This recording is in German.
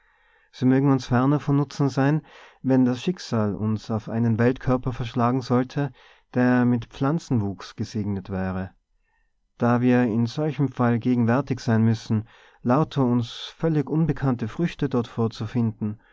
sie mögen uns ferner von nutzen sein wenn das schicksal uns auf einen weltkörper verschlagen sollte der mit pflanzenwuchs gesegnet wäre da wir in solchem fall gewärtig sein müssen lauter uns völlig unbekannte früchte dort vorzufinden